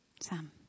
Sam